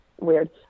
weird